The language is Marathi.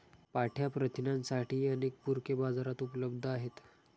पांढया प्रथिनांसाठीही अनेक पूरके बाजारात उपलब्ध आहेत